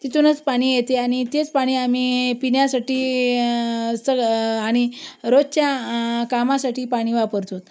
तिथूनच पाणी येते आहे आणि तेच पाणी आम्ही पिण्यासाठी सग् आणि रोजच्या कामासाठी पाणी वापरतो आहोत